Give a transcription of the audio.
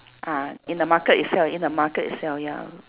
ah in the market itself in the market itself ya